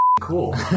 cool